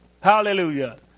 Hallelujah